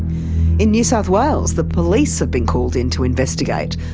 in new south wales the police have been called in to investigate,